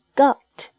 got